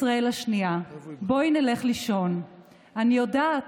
ישראל השנייה / בואי נלך לישון / אני יודעת,